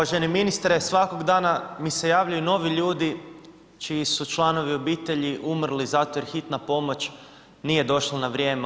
Uvaženi ministre, svakog dana mi se javljaju novi ljudi čiji su članovi obitelji umrli zato jer hitna pomoć nije došla na vrijeme.